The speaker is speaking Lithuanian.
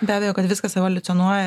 be abejo kad viskas evoliucionuoja